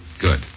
Good